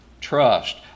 trust